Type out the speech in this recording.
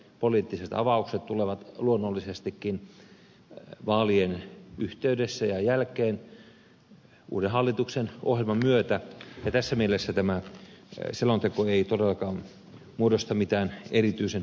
poliittiset avaukset tulevat luonnollisestikin vaalien yhteydessä ja jälkeen uuden hallituksen ohjelman myötä ja tässä mielessä tämä selonteko ei todellakaan muodosta mitään erityisen uutta